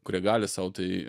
kurie gali sau tai